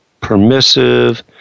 permissive